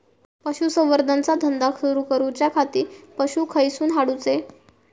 पशुसंवर्धन चा धंदा सुरू करूच्या खाती पशू खईसून हाडूचे?